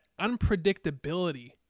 unpredictability